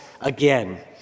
again